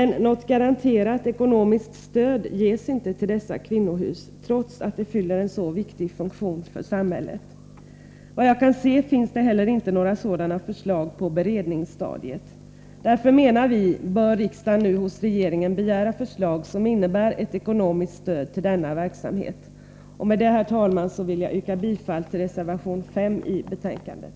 Något garanterat ekonomiskt stöd ges emellertid inte till dessa kvinnohus, trots att de fyller en så viktig funktion för samhället. Vad jag kan se finns det inte heller några sådana förslag på beredningsstadiet. Därför bör riksdagen nu hos regeringen begära förslag som innebär ett ekonomiskt stöd till denna verksamhet. Med det, herr talman, vill jag yrka bifall till reservation 5 i betänkandet.